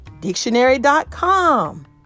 Dictionary.com